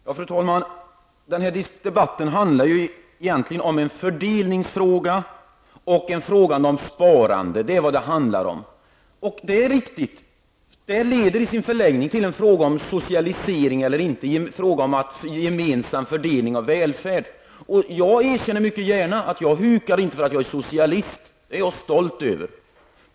Fru talman! Den här debatten handlar egentligen om fördelning och om sparande. Den leder också mycket riktigt i sin förlängning till en fråga om socialisering, en gemensam fördelning av välfärden, eller inte. Jag erkänner mycket gärna att jag inte hukar för att jag är socialist. Det är jag stolt över.